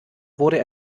wurde